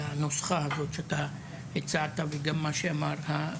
לנוסחה הזאת שאתה הצעת וגם מה שאמרת,